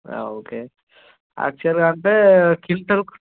okay యాక్చువల్గా అంటే quintal